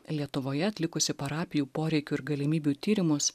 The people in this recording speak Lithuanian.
lietuvoje atlikusi parapijų poreikių ir galimybių tyrimus